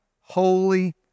holy